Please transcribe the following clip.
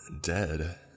Dead